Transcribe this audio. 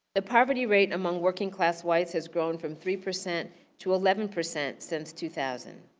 the poverty rate among working-class whites has grown from three percent to eleven percent since two thousand.